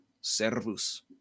servus